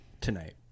Tonight